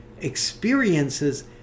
experiences